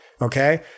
okay